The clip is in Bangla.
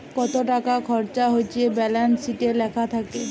কত টাকা খরচা হচ্যে ব্যালান্স শিটে লেখা থাক্যে